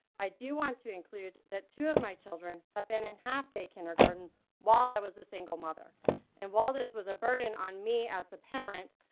i do want to include that two of my children have been in half day kindergarten while i was a single mother and while this was a burden on me as a parent,